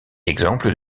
exemple